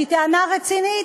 שהיא טענה רצינית.